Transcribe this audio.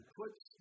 puts